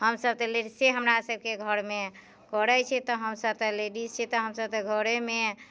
हमसभ तऽ लेडिजे हमरा सभके घरमे करै छियै तऽ हमसभ तऽ लेडिज छियै तऽ हमसभ तऽ घरेमे